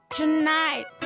tonight